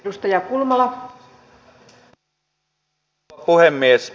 arvoisa rouva puhemies